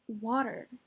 water